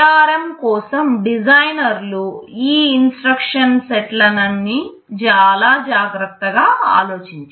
ARM కోసం డిజైనర్లు ఈ ఇన్స్ట్రక్షన్ల సెట్లన్ని చాలా జాగ్రత్తగా ఆలోచించారు